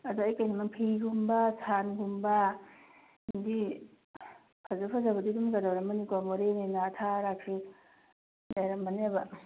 ꯑꯗ ꯑꯩ ꯀꯩꯅꯣ ꯐꯤꯒꯨꯝꯕ ꯁꯥꯟꯒꯨꯝꯕ ꯑꯗꯒꯤ ꯐꯖ ꯐꯖꯕꯗꯤ ꯑꯗꯨꯃ ꯀꯩꯗꯧꯔꯝꯃꯅꯤꯀꯣ ꯃꯣꯔꯦꯅꯤꯅ ꯑꯊꯥ ꯑꯔꯥꯛꯁꯤ ꯂꯩꯔꯝꯃꯅꯦꯕ